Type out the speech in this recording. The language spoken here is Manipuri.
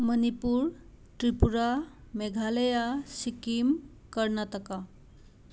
ꯃꯅꯤꯄꯨꯔ ꯇ꯭ꯔꯤꯄꯨꯔꯥ ꯃꯦꯘꯥꯂꯌꯥ ꯁꯤꯀꯤꯝ ꯀꯔꯅꯥꯇꯀꯥ